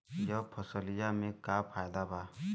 यह फसलिया में का फायदा बा?